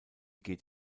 geht